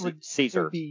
Caesar